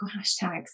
hashtags